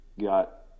got